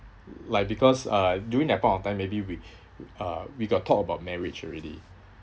like because uh during that point of time maybe we uh we got talk about marriage already